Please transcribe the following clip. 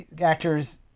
actors